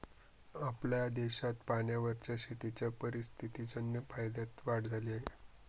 आपल्या देशात पाण्यावरच्या शेतीच्या परिस्थितीजन्य फायद्यात वाढ झाली आहे